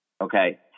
Okay